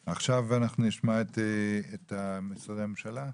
נשמע עכשיו את משרדי הממשלה.